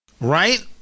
right